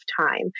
time